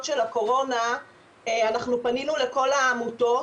של הקורונה אנחנו פנינו לכל העמותות.